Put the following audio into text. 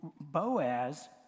Boaz